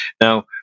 Now